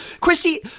Christy